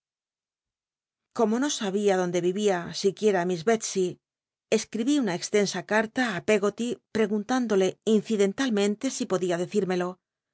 como no sabia dónde vi'ia siquicm miss belsey escribí una extensa carta a peggoty preguntándole incidentalmente si podía dccírmelo